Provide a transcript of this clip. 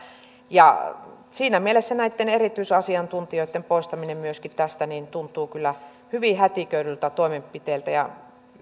siinä mielessä näitten erityisasiantuntijoitten poistaminen myöskin tästä tuntuu kyllä hyvin hätiköidyltä toimenpiteeltä